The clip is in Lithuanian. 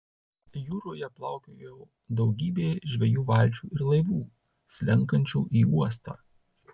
jūroje plaukiojo daugybė žvejų valčių ir laivų slenkančių į uostą